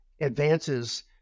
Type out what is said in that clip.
advances